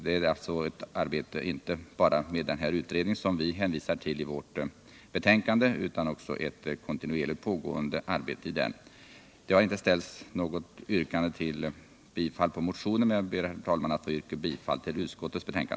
Det har inte yrkats bifall till motionen. Men jag vill, herr talman, yrka bifall till utskottets hemställan.